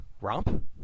Romp